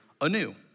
anew